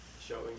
showing